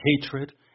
hatred